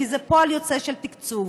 כי זה פועל יוצא של תקצוב.